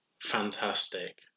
fantastic